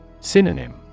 Synonym